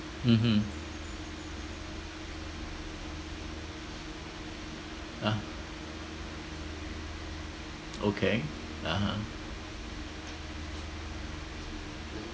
mmhmm uh okay (uh huh)